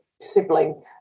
sibling